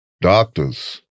doctors